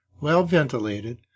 well-ventilated